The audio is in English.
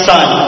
Son